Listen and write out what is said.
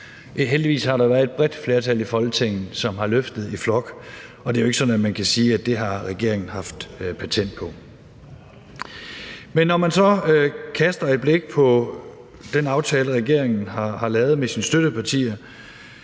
heldigvis har været et bredt flertal i Folketinget, som har løftet i flok. Det er jo ikke sådan, at man kan sige, at det har regeringen haft patent på. Når man så kaster et blik på den aftale, regeringen har lavet med sine støttepartier,